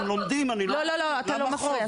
הם לומדים, למה חוב?